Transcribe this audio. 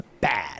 bad